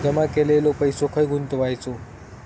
जमा केलेलो पैसो खय गुंतवायचो?